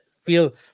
feel